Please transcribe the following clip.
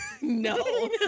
no